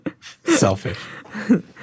Selfish